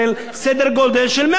סדר גודל של 100 מיליארד.